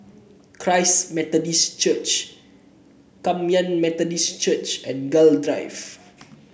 Christ Methodist Church Kum Yan Methodist Church and Gul Drive